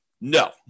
No